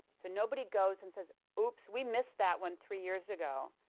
so nobody goes and says, oops. we missed that one three years ago.